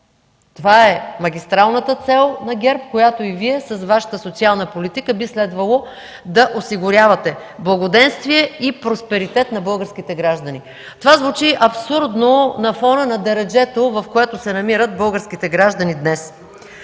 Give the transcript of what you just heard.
Това е магистралната цел на ГЕРБ, която и Вие с Вашата социална политика би следвало да осигурявате – благоденствие и просперитет на българските граждани. Това звучи абсурдно на фона на дереджето, на което се намират българските граждани днес.